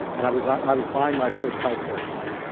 and i was i was buying my first healthcare plan.